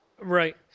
Right